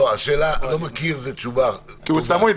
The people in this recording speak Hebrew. לא מכיר זאת תשובה --- כי הוא סמוי,